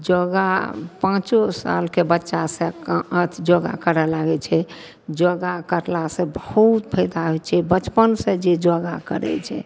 योगा पाँचो सालके बच्चासँ योगा करऽ लागय छै योगा करलासँ बहुत फायदा होइ छै बचपनसँ जे योगा करय छै